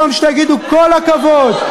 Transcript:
במקום שתגידו כל הכבוד,